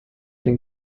den